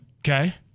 Okay